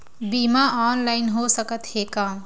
बीमा ऑनलाइन हो सकत हे का?